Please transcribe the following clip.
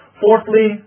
Fourthly